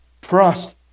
Trust